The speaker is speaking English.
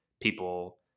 people